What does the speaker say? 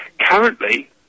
Currently